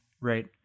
Right